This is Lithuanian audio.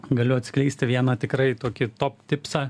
galiu atskleisti vieną tikrai tokį top tipsą